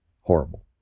horrible